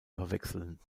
verwechseln